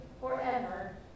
forever